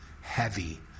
heavy